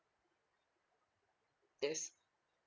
yes